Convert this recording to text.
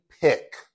pick